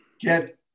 Get